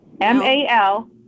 M-A-L